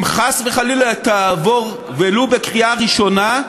אם חס וחלילה היא תעבור, ולו בקריאה ראשונה,